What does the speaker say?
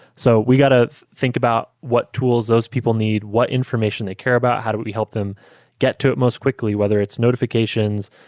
so we got to think about what tools those people need. what information they care about? how do we help them get to it most quickly? whether it's notifications,